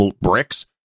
bricks